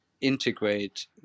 Integrate